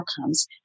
outcomes